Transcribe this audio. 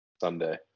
Sunday